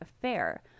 affair